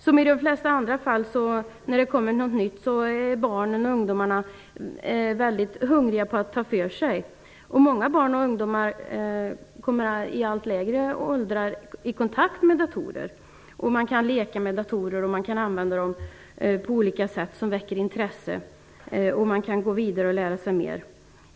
Som i de flesta fall när det kommer något nytt är barnen och ungdomarna duktiga på att ta för sig. Många barn och ungdomar kommer i allt lägre åldrar i kontakt med datorer. Man kan leka med datorer, använda dem på olika sätt som väcker intresse och gå vidare och lära sig mer.